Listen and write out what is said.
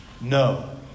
no